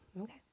Okay